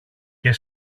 και